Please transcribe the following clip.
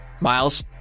Miles